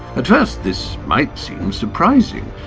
at first this might seem surprising,